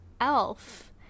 Elf